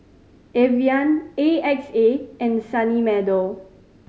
Evian A X A and Sunny Meadow